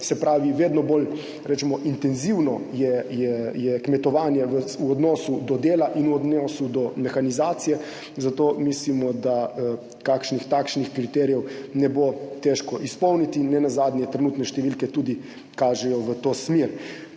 je vedno bolj intenzivno v odnosu do dela in v odnosu do mehanizacije. Zato mislimo, da kakšnih takšnih kriterijev ne bo težko izpolniti in nenazadnje trenutne številke tudi kažejo v to smer.